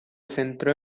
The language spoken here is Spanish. centró